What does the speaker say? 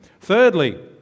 Thirdly